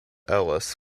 ellis